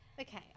Okay